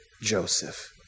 Joseph